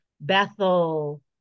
Bethel